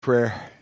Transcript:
prayer